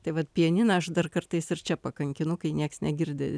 tai vat pianiną aš dar kartais ir čia pakankinu kai nieks negirdi